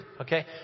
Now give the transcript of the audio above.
okay